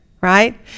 right